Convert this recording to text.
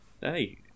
Hey